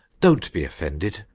don't be offended!